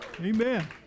Amen